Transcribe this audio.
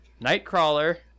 Nightcrawler